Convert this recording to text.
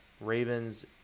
Ravens